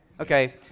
Okay